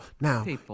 Now